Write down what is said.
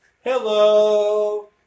Hello